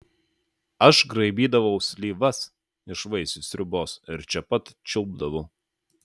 aš graibydavau slyvas iš vaisių sriubos ir čia pat čiulpdavau